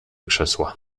krzesła